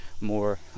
more